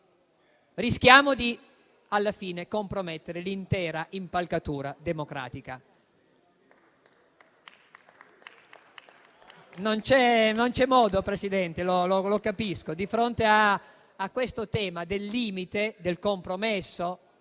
rischia alla fine di compromettere l'intera impalcatura democratica.